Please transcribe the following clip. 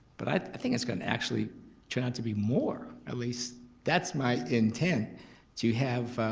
but i think it's gonna actually turn out to be more. at least that's my intent to have,